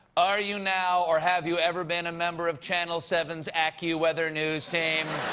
are you now or have you ever been a member of channel seven s accuweather news team?